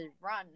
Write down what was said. run